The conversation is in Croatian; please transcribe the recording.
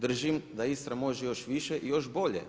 Držim da Istra može još više i još bolje.